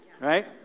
Right